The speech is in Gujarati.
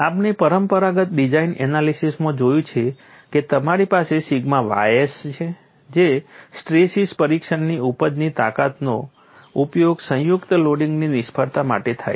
આપણે પરંપરાગત ડિઝાઇન એનાલિસીસમાં જોયું છે કે તમારી પાસે સિગ્મા ys છે જે સ્ટ્રેસીસ પરીક્ષણની ઉપજની તાકાતનો ઉપયોગ સંયુક્ત લોડિંગની નિષ્ફળતા માટે થાય છે